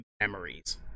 memories